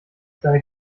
seine